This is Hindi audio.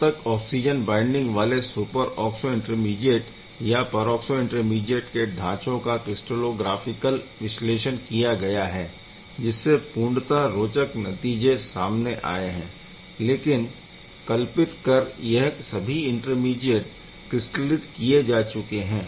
अब तक ऑक्सिजन बाइंडिंग वाले सुपरऑक्सो इंटरमीडीएट या परऑक्सो इंटरमीडीएट के ढ़ाचों का क्रिस्टैलोग्राफिकल विश्लेषण किया गया हैं जिससे पूर्णतः रोचक नतीजे सामने आए है लेकिन कल्पित कर यह सभी इंटरमीडीएट क्रिस्टलित किए जा चुके है